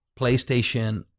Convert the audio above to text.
PlayStation